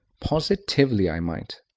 positively i might.